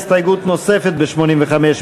שירותי חינוך ורווחה,